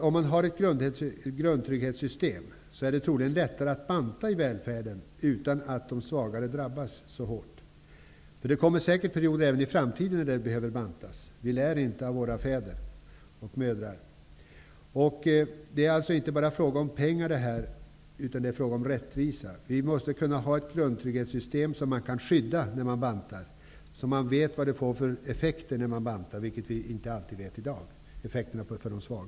Om man har ett grundtrygghetssystem, är det troligen lättare att banta i välfärden utan att de svagare drabbas så hårt. Det kommer säkert perioder även i framtiden då det behövs nedbantningar. Vi lär inte av våra fäder och mödrar. Det handlar alltså inte bara om pengar, utan det är fråga om rättvisa. Det måste finnas ett grundtrygghetssystem som kan skyddas vid nedbantningar, så att man kan se hur effekterna blir för de svaga, vilket vi inte alltid kan i dag.